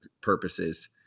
purposes